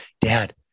Dad